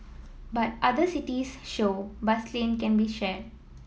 but other cities show bus lane can be shared